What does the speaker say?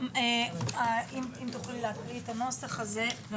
אם תוכלי להקריא את הנוסח הזה,